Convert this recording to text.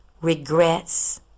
regrets